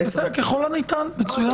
אז בסדר, ככל הניתן, מצוין.